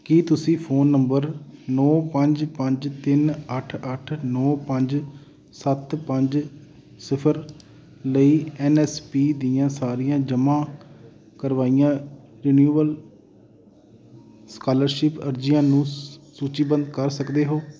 ਕੀ ਤੁਸੀਂ phone number ਨੌਂ ਪੰਜ ਪੰਜ ਤਿੰਨ ਅੱਠ ਅੱਠ ਨੌਂ ਪੰਜ ਸੱਤ ਪੰਜ ਸਿਫ਼ਰ ਲਈ ਐਨ ਐਸ ਪੀ ਦੀਆਂ ਸਾਰੀਆਂ ਜਮ੍ਹਾਂ ਕਰਵਾਈਆਂ ਰਿਨਿਵੇਲ ਸਕਾਲਰਸ਼ਿਪ ਅਰਜ਼ੀਆਂ ਨੂੰ ਸੂਚੀਬੱਧ ਕਰ ਸਕਦੇ ਹੋ